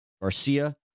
Garcia